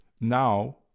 Now